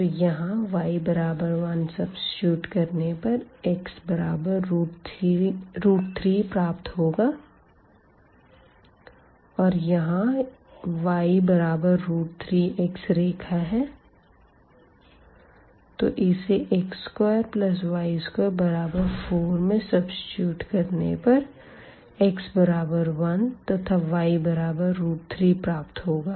तो यहाँ y1 substitute करने पर x बराबर 3 प्राप्त होगा और यहाँ y3x रेखा है तो इसे x2y24 में सब्सिट्यूट करने पर x बराबर 1 तथा y बराबर 3 प्राप्त होगा